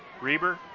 Reber